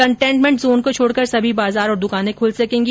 containment zone को छोडकर सभी बाजार और दुकाने खुल सकेंगी